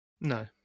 No